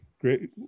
Great